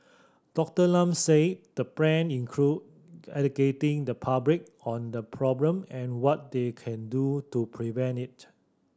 Doctor Lam said the plan include educating the public on the problem and what they can do to prevent it